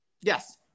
yes